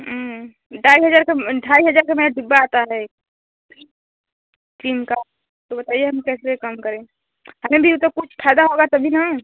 ढाई हजार का ढाई हजार का मेरा डिब्बा आता है क्रीम का तो बताइए हम कैसे कम करें हमें भी तो कुछ फायदा होगा तभी ना